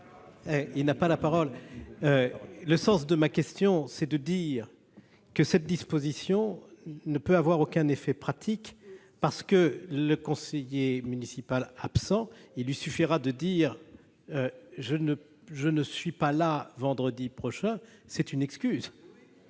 Il n'a pas la parole, le sens de ma question, c'est de dire que cette disposition ne peut avoir aucun effet pratique parce que le conseiller municipal absent, il lui suffira de dire je ne, je ne suis pas là vendredi prochain, c'est une excuse,